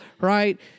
right